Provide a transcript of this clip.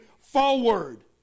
forward